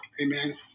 amen